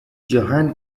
johann